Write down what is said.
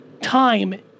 time